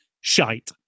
shite